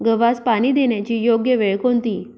गव्हास पाणी देण्याची योग्य वेळ कोणती?